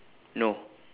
no